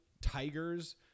tigers